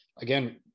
Again